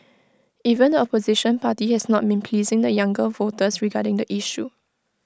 even the opposition party has not been pleasing the younger voters that regarding the issue